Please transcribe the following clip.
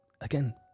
again